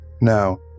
Now